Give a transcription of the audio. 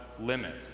limit